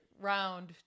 round